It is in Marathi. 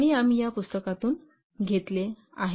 आणि आम्ही या पुस्तकांतून घेतले आहेत